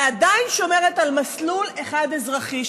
ועדיין שומרת על מסלול אחד אזרחי,